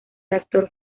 actor